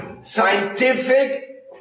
scientific